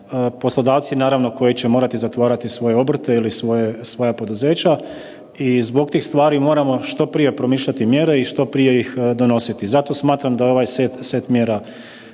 poslodavci naravno koji će morati zatvarati svoje obrte ili svoja poduzeća i zbog tih stvari moramo što prije promišljati mjere i što prije ih donositi. Zato smatram da je ovaj set mjera